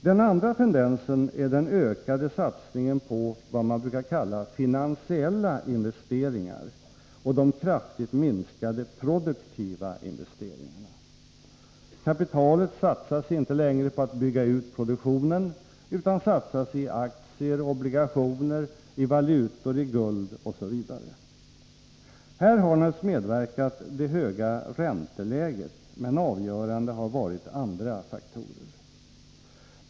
Den andra tendensen är den ökade satsningen på vad man brukar kalla finansiella investeringar och de kraftigt minskade produktiva investeringarna. Kapitalet satsas inte längre på att bygga ut produktionen, utan i aktier, obligationer, valutor, guld osv. Här har naturligtvis det höga ränteläget medverkat, men avgörande har varit andra faktorer.